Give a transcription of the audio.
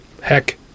Heck